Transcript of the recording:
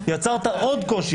יצרת עוד קושי.